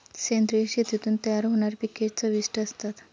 सेंद्रिय शेतीतून तयार होणारी पिके चविष्ट असतात